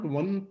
one